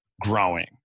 growing